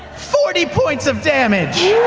forty points of damage!